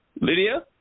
Lydia